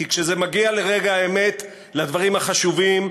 כי כשזה מגיע לרגע האמת, לדברים החשובים,